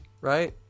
Right